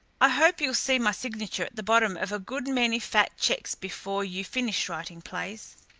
i hope you'll see my signature at the bottom of a good many fat cheques before you've finished writing plays.